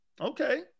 Okay